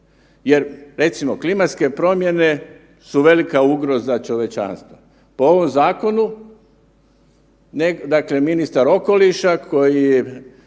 jer recimo klimatske promjene su velika ugroza čovječanstvu. Po ovom zakonu dakle ministar okoliša koji